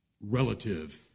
relative